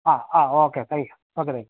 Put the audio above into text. ആ ah okay thank you okay thank you